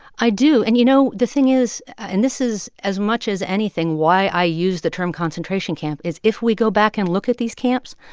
i do. and, you know, the thing is and this is, as much as anything, why i use the term concentration camp is if we go back and look at these camps,